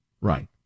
Right